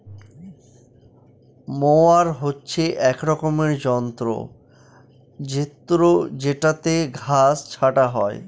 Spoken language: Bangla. মোয়ার হচ্ছে এক রকমের যন্ত্র জেত্রযেটাতে ঘাস ছাটা হয়